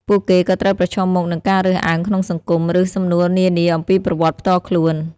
ពួកគេក៏ត្រូវប្រឈមមុខនឹងការរើសអើងក្នុងសង្គម ឬសំណួរនានាអំពីប្រវត្តិផ្ទាល់ខ្លួន។